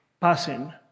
passing